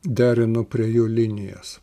derinu prie jų linijas